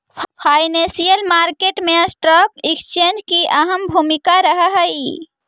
financial market मैं stock exchange के अहम भूमिका रहऽ हइ